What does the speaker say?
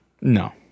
No